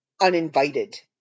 uninvited